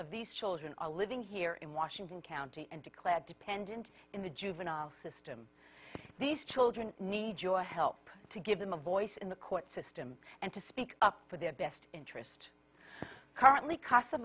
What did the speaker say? of these children are living here in washington county and declared dependent in the juvenile system these children need your help to give them a voice in the court system and to speak up for their best interest currently c